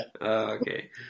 Okay